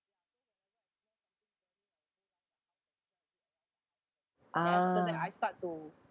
ah hmm